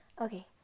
Okay